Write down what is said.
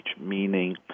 Meaning